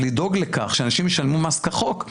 לדאוג לכך שאנשים ישלמו מס כחוק,